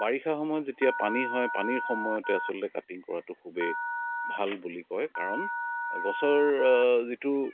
বাৰিষা সময়ত যেতিয়া পানী হয় পানীৰ সময়তে আচলতে কাটিং কৰাটো আচলতে খুবেই ভাল বুলি কয় কাৰণ গছৰ যিটো